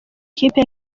ikipe